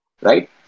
right